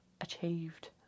achieved